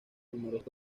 numerosas